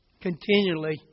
continually